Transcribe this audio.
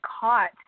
caught